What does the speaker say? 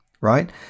right